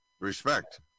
Respect